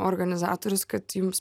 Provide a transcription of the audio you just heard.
organizatorius kad jums